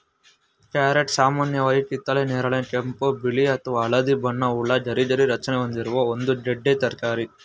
carrot ಸಾಮಾನ್ಯವಾಗಿ ಕಿತ್ತಳೆ ನೇರಳೆ ಕೆಂಪು ಬಿಳಿ ಅಥವಾ ಹಳದಿ ಬಣ್ಣವುಳ್ಳ ಗರಿಗರಿ ರಚನೆ ಹೊಂದಿರುವ ಒಂದು ಗೆಡ್ಡೆ ತರಕಾರಿ